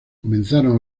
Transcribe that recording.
comenzaron